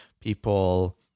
People